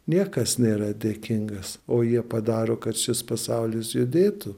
niekas nėra dėkingas o jie padaro kad šis pasaulis judėtų